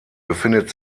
befindet